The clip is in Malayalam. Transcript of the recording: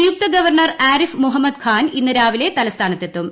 നിയുക്ത ഗവർണർ ആരിഫ് മുഹമ്മദ് ഖാൻ ഇന്ന് രാവിലെ തലസ്ഥാനത്തെത്തും